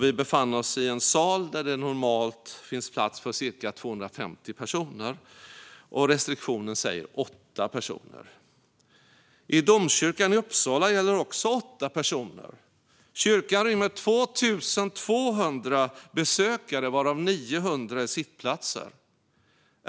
Vi befann oss i en sal där det normalt finns plats för cirka 250 personer. Restriktionen säger 8 personer. I domkyrkan i Uppsala gäller också 8 personer. Kyrkan rymmer 2 200 besökare - det finns 900 sittplatser.